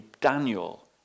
Daniel